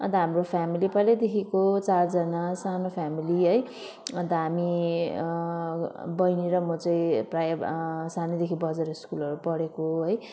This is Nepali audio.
अन्त हाम्रो फ्यामिली पहिल्यैदेखिको चारजना सानो फ्यामिली है अन्त हामी बहिनी र म चाहिँ प्राय सानैदेखि बजार स्कुलहरू पढेको है